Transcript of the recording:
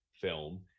film